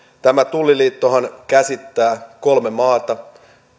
tämä tulliliittohan käsittää kolme maata